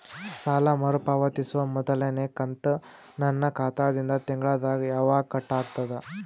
ಸಾಲಾ ಮರು ಪಾವತಿಸುವ ಮೊದಲನೇ ಕಂತ ನನ್ನ ಖಾತಾ ದಿಂದ ತಿಂಗಳದಾಗ ಯವಾಗ ಕಟ್ ಆಗತದ?